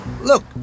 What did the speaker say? look